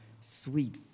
sweet